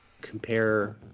compare